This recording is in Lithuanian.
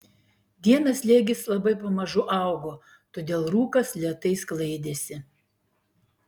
dieną slėgis labai pamažu augo todėl rūkas lėtai sklaidėsi